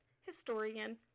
historian